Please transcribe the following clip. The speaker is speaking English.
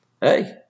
hey